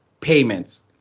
payments